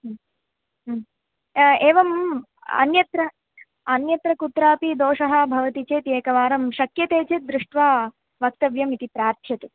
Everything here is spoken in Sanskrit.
एवम् अन्यत्र अन्यत्र कुत्रापि दोषः भवति चेत् एकवारं शक्यते चेत् दृष्ट्वा वक्तव्यम् इति प्रार्थ्यते